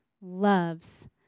loves